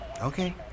Okay